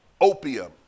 opium